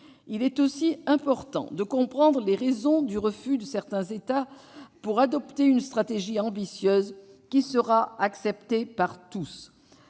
Il est aussi important de comprendre les raisons du refus de certains États pour adopter une stratégie ambitieuse qui sera acceptée par tous.